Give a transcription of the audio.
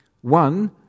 One